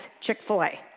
Chick-fil-A